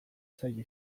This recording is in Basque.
zaila